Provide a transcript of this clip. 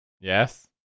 Yes